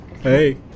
Hey